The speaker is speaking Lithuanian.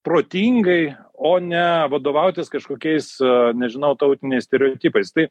protingai o ne vadovautis kažkokiais nežinau tautiniais stereotipais tai